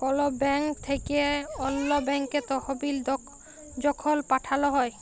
call bank থ্যাইকে অল্য ব্যাংকে তহবিল যখল পাঠাল হ্যয়